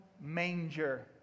manger